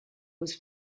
was